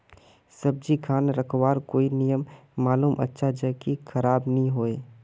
सब्जी खान रखवार कोई नियम मालूम अच्छा ज की खराब नि होय?